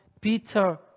Peter